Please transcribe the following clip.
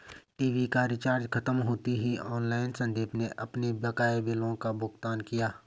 TV का recharge खत्म होते ही ऑनलाइन संदीप ने अपने बकाया बिलों का भुगतान किया